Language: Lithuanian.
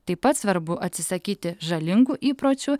taip pat svarbu atsisakyti žalingų įpročių